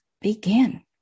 begin